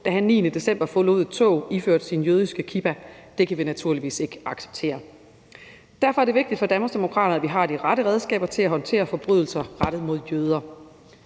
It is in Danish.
da han den 9. december forlod et tog iført sin jødiske kippa. Det kan vi naturligvis ikke acceptere. Derfor er det vigtigt for Danmarksdemokraterne, at vi har de rette redskaber til at håndtere forbrydelser rettet mod jøder.